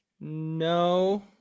No